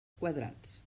quadrats